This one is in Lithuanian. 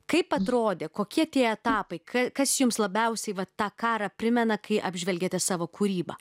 kaip atrodė kokie tie etapai ka kas jums labiausiai va tą karą primena kai apžvelgiate savo kūrybą